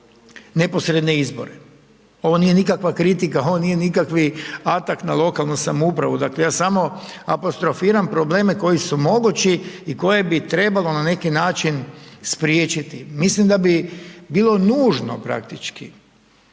Ovo nije nikakva kritika, ovo nije nikakvi attack na lokalnu samoupravu. Dakle ja samo apostrofiram probleme koji su mogući i koje bi trebalo na neki način spriječiti. Mislim da bi bilo nužno praktički,